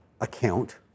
account